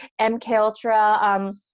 MKUltra